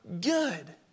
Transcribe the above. good